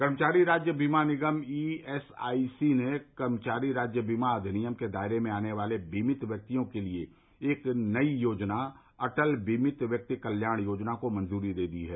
कर्मचारी राज्य बीमा निगम ईएसआईसी ने कर्मचारी राज्य बीमा अधिनियम के दायरे में आने वाले बीमित व्यक्तियों के लिए एक नई योजना अटल बीमित व्यक्ति कल्याण योजना को मंजूरी दे दी है